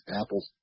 apples